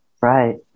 Right